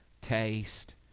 taste